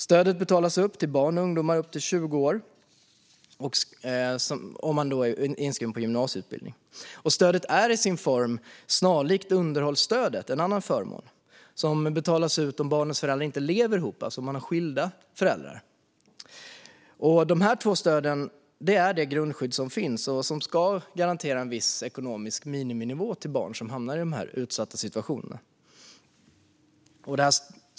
Stödet betalas ut till barn och ungdomar upp till 20 år som är inskrivna på en gymnasieutbildning. Stödet är i sin form snarlikt underhållsstödet - en annan förmån, som betalas ut om barnets föräldrar inte lever ihop, alltså om barnet har skilda föräldrar. Dessa två stöd är det grundskydd som finns. Det är de som ska garantera en viss ekonomisk miniminivå till barn som hamnar i de här utsatta situationerna.